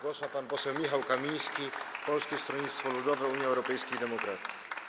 Głos ma pan poseł Michał Kamiński, Polskie Stronnictwo Ludowe - Unia Europejskich Demokratów.